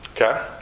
Okay